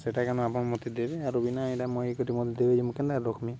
ସେଇଟା କେନ ଆପଣ ମୋତେ ଦେବେ ଆରୁ ବି ନାଇଁ ଏଇଟା ମୁଇଁ ଇଏ କରି ମୋତେ ଦେଇ ମୁଇଁ କେନ୍ତା ରଖ୍ମି